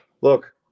look